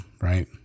right